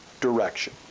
direction